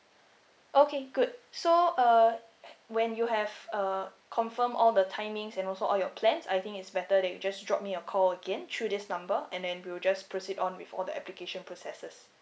okay good so uh when you have uh confirm all the timings and also all your plans I think it's better that you just drop me a call again through this number and then we'll just proceed on with all the application processes